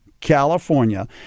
California